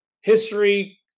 history